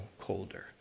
colder